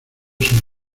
según